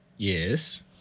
Yes